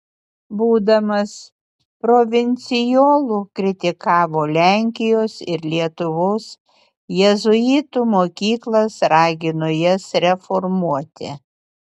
būdamas provincijolu kritikavo lenkijos ir lietuvos jėzuitų mokyklas ragino jas reformuoti